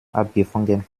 abgefangen